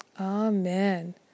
Amen